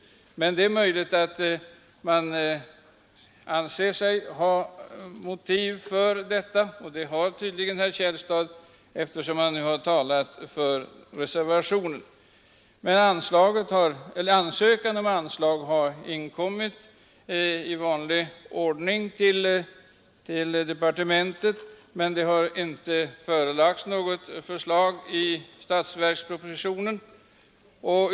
Men det är möjligt att man anser sig ha motiv för detta. Det har tydligen herr Källstad, eftersom han har talat för reservationen. Ansökan om anslag har i vanlig ordning inkommit till departementet, men det har inte upptagits något anslag i statsverkspropositionen.